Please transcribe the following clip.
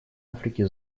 африки